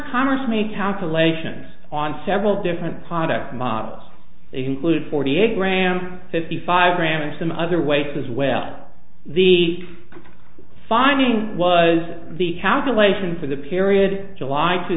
congress me calculations on several different product models they conclude forty eight gram fifty five grams some other weights as well the finding was the calculation for the period july two